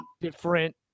different